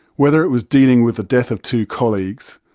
whether it was dealing with the death of two colleagues,